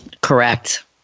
Correct